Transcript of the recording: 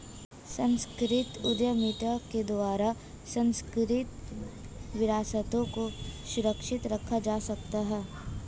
सांस्कृतिक उद्यमिता के द्वारा सांस्कृतिक विरासतों को सुरक्षित रखा जा सकता है